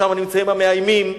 שמה נמצאים המאיימים.